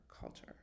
culture